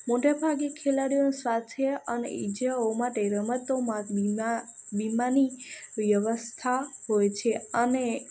મોટા ભાગે ખેલાડીઓનો સ્વાસ્થ્ય અને ઇજાઓ માટે રમતો માટે બીમા બીમાની વ્યવસ્થા હોય છે અને